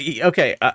okay